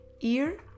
Ear